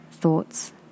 thoughts